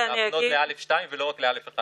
החדש שכולנו סובלים ממנו בעקבות משבר הקורונה.